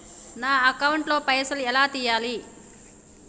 నా అకౌంట్ ల పైసల్ ఎలా తీయాలి?